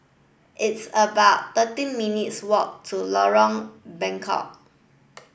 it's about thirteen minutes' walk to Lorong Bengkok